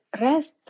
rest